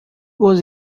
was